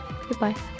goodbye